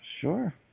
Sure